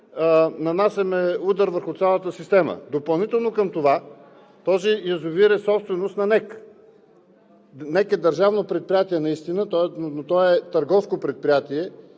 нанасяме удар върху цялата система. Допълнително към това, този язовир е собственост на НЕК. НЕК е държавно предприятие, но то е търговско предприятие